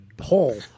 hole